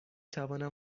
توانم